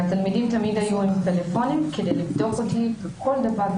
והתלמידים תמיד היו עם טלפונים כדי לבדוק אותי בכל דבר,